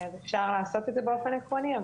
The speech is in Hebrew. אפשר לעשות את זה באופן עקרוני,